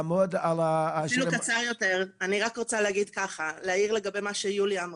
אני רק רוצה להעיר לגבי מה שיוליה אמרה,